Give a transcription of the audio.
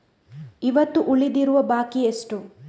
ಇವತ್ತು ಉಳಿದಿರುವ ಬಾಕಿ ಎಷ್ಟು?